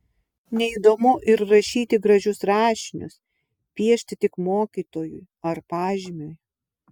neįdomu ir rašyti gražius rašinius piešti tik mokytojui ar pažymiui